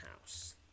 House